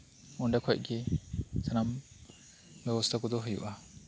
ᱚᱸᱰᱮ ᱠᱷᱚᱱ ᱜᱮ ᱥᱟᱱᱟᱢ ᱵᱮᱵᱚᱥᱟᱛᱟ ᱠᱚᱫᱚ ᱦᱩᱭᱩᱜᱼᱟ